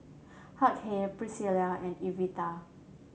Hughey Pricilla and Evita